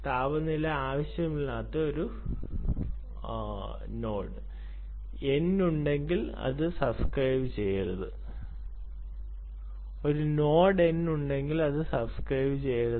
താപനില ആവശ്യമില്ലാത്ത ഒരു നോഡ് n ഉണ്ടെങ്കിൽ അത് സബ്സ്ക്രൈബുചെയ്യരുത്